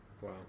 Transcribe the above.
Wow